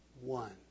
one